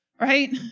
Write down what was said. right